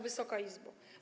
Wysoka Izbo!